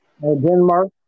Denmark